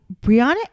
Brianna